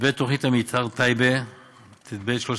ותוכנית המתאר טייבה טב/3400,